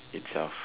itself